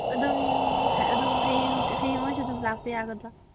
ꯑꯗꯨꯝ ꯑꯗꯨꯝ ꯍꯌꯦꯡ ꯍꯪꯆꯤꯠ ꯍꯌꯦꯡ ꯑꯣꯏꯔꯁꯨ ꯑꯗꯨꯝ ꯂꯥꯛꯄ ꯌꯥꯒꯗ꯭ꯔꯣ